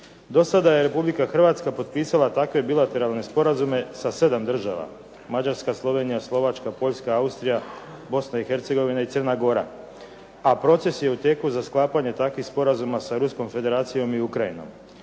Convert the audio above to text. Do sada je Republika Hrvatska potpisala takve bilateralne sporazume sa sedam država. Mađarska, Slovenija, Slovačka, Poljska, Austrija, Bosna i Hercegovina i Crna Gora, a proces je u tijeku za sklapanje takvih sporazuma sa Europskom federacijom i Ukrajinom.